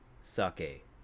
sake